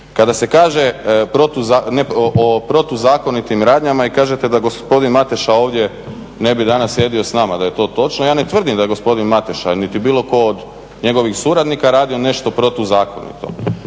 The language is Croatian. Kada se kaže o protuzakonitim radnjama i kažete da gospodin Mateša ne bi danas sjedio s nama da je to točno, ja ne tvrdim da je gospodin Mateša niti bilo tko od njegovih suradnika radio nešto protuzakonito